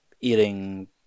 eating